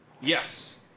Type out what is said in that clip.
Yes